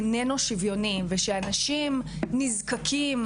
איננו שוויוני ושאנשים נזקקים,